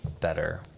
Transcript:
better